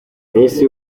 minisitiri